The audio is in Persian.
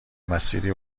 مسیری